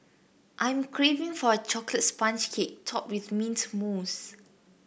I am craving for a chocolate sponge cake topped with mint mousse